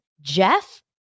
Jeff